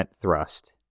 thrust